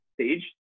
stage